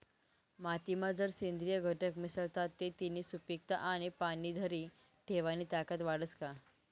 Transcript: मातीमा जर सेंद्रिय घटक मिसळतात ते तिनी सुपीकता आणि पाणी धरी ठेवानी ताकद वाढस का?